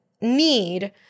need